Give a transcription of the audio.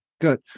Good